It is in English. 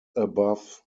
above